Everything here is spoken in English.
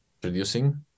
producing